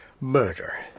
Murder